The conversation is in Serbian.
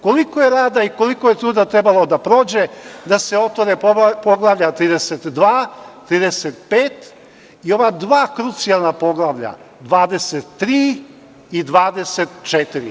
Koliko je rada i koliko je truda trebalo da prođe da se otvore poglavlja 32, 35 i ova dva krucijalna poglavlja – 23 i 24.